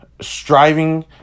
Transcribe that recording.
striving